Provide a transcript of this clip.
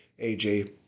AJ